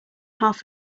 half